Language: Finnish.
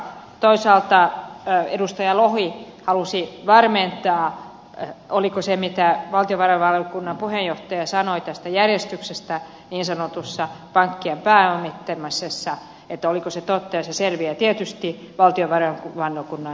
toisaalta edustaja lohi halusi varmentaa oliko se totta mitä valtiovarainvaliokunnan puheenjohtaja sanoi tästä järjestyksestä niin sanotussa pankkien pääomittamisessa ja se selviää tietysti valtiovarainvaliokunnan mietinnöstä